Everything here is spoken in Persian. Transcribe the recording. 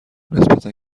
نسبتا